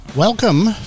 Welcome